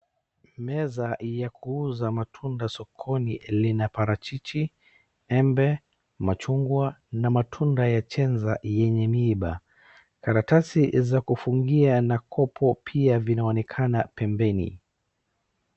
Meza ya kuuza matunda sokoni lina parachichi, embe, machungwa na matunda ya cheza yenye mimba. Karatasi za kufungia na kopo pia vinaonekana pembeni.